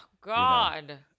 God